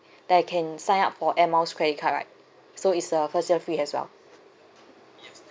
then I can sign up for Air Miles credit card right so it's uh first year free as well